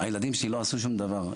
הילדים שלי לא עשו שום דבר,